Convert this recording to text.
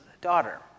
daughter